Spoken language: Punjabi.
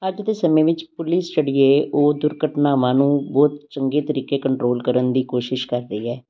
ਅੱਜ ਦੇ ਸਮੇਂ ਵਿੱਚ ਪੁਲੀਸ ਜਿਹੜੀ ਹੈ ਉਹ ਦੁਰਘਟਨਾਵਾਂ ਨੂੰ ਬਹੁਤ ਚੰਗੇ ਤਰੀਕੇ ਕੰਟਰੋਲ ਕਰਨ ਦੀ ਕੋਸ਼ਿਸ਼ ਕਰ ਰਹੀ ਹੈ